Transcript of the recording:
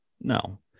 no